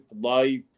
life